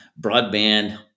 broadband